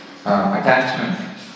attachment